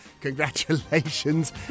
Congratulations